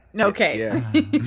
Okay